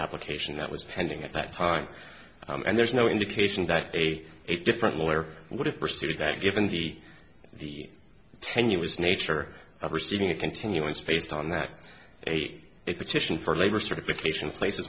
application that was pending at that time and there's no indication that eighty eight different lawyer would have pursued that given the the tenuous nature of receiving a continuance based on that a petition for labor certification place